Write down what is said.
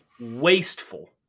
wasteful